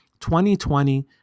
2020